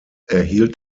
erhielt